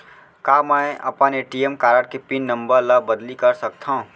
का मैं अपन ए.टी.एम कारड के पिन नम्बर ल बदली कर सकथव?